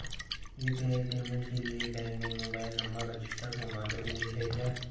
UPI payment के लिए bank में मोबाइल नंबर रजिस्टर्ड होना जरूरी है क्या?